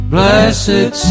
Blessed